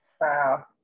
wow